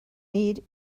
need